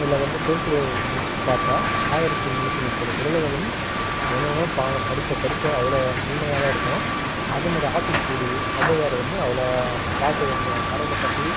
இதில் வந்து திருக்குறள் புக்கு பார்த்தா ஆயிரத்து முன்னூற்றி முப்பது குறள்களும் ஒன்னொன்றா பார்க்க படிக்க படிக்க அவ்வளோ இனிமையாக இருக்கும் அதே மாரி ஆத்திச்சூடி அவ்வையார் வந்து அவ்வளோ பாட்டு அந்த கடவுளைப் பற்றி